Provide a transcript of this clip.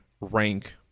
rank